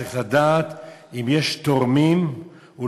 צריך לדעת אם יש אולי תורמים פרו-פלסטינים,